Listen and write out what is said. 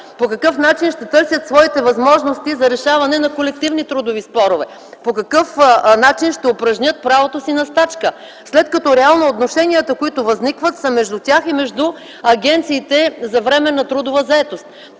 По какъв начин ще търсят своите възможности за решаване на колективни трудови спорове, по какъв начин ще упражнят правото си на стачка, след като реално отношенията, които възникват, са между тях и агенциите за временна трудова заетост.